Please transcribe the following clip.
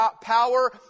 power